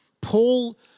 Paul